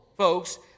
Folks